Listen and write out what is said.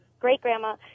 great-grandma